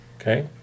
Okay